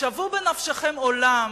שוו בנפשכם עולם